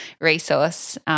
resource